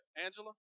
Angela